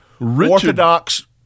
orthodox